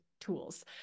tools